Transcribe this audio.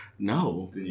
No